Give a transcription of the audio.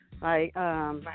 Right